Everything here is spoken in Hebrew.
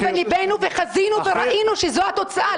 הבנו וחזינו וראינו שזו התוצאה.